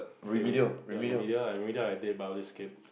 say ya in the middle I really I die but I was scared